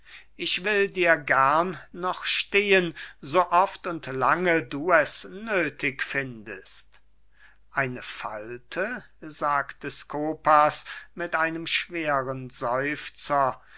ich will dir gern noch stehen so oft und lange du es nöthig findest eine falte sagte skopas mit einem schweren seufzer